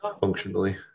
functionally